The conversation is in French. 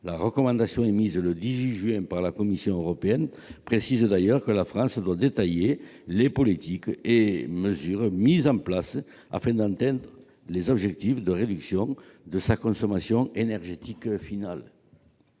La recommandation émise le 18 juin par la Commission européenne précise d'ailleurs que la France doit détailler les politiques et mesures mises en place afin d'atteindre les objectifs de réduction de sa consommation énergétique finale.